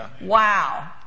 Wow